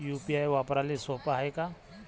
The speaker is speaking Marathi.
यू.पी.आय वापराले सोप हाय का?